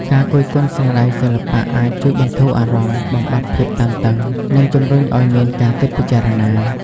ការគយគន់ស្នាដៃសិល្បៈអាចជួយបន្ធូរអារម្មណ៍ បំបាត់ភាពតានតឹង និងជំរុញឲ្យមានការគិតពិចារណា។